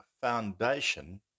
foundation